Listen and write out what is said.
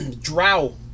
drow